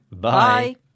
Bye